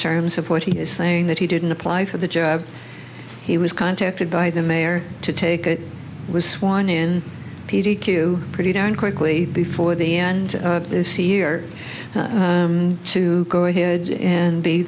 terms of what he is saying that he didn't apply for the job he was contacted by the mayor to take it was sworn in p d q pretty darn quickly before the end of this year to go ahead and be